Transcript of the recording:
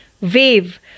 WAVE